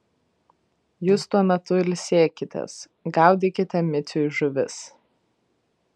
jūs tuo metu ilsėkitės gaudykite miciui žuvis